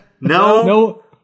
No